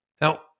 Now